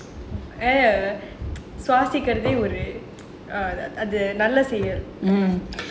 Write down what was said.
சுவாசிக்கறதே ஒரு நல்ல செயல்:suvasikarathae oru nalla seyal